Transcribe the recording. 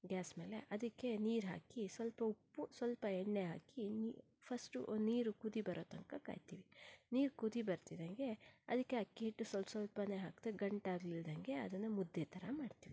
gas ಮೇಲೆ ಅದಕ್ಕೆ ನೀರು ಹಾಕಿ ಸ್ವಲ್ಪ ಉಪ್ಪು ಸ್ವಲ್ಪ ಎಣ್ಣೆ ಹಾಕಿ ನೀ ಫಸ್ಟು ನೀರು ಕುದಿ ಬರೋತನಕ ಕಾಯ್ತೀವಿ ನೀರು ಕುದಿ ಬರ್ತಿದ್ದಂಗೆ ಅದಕ್ಕೆ ಅಕ್ಕಿ ಹಿಟ್ಟು ಸ್ವ ಸ್ವಲ್ಪನೇ ಹಾಕ್ತಾ ಗಂಟಾಗ್ಲಿಲ್ದಂಗೆ ಅದನ್ನು ಮುದ್ದೆ ಥರ ಮಾಡ್ತೀವಿ